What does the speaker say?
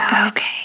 Okay